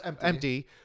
empty